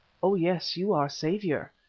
oh yes, you are saviour,